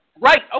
Right